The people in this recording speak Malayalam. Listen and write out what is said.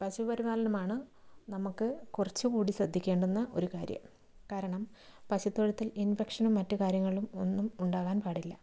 പശു പരിപാലമാണ് നമുക്ക് കുറച്ചു കൂടി ശ്രദ്ധിക്കേണ്ടുന്ന ഒരു കാര്യം കാരണം പശുത്തൊഴുത്തിൽ ഇൻഫെക്ഷനും മറ്റു കാര്യങ്ങളും ഒന്നും ഉണ്ടാകാൻ പാടില്ല